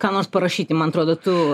ką nors parašyti man atrodo tu